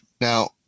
Now